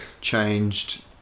changed